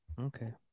Okay